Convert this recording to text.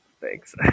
Thanks